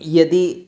यदि